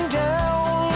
down